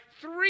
three